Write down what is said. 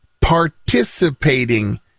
participating